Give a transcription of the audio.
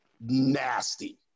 nasty